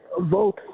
vote